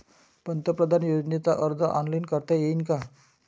पंतप्रधान योजनेचा अर्ज ऑनलाईन करता येईन का?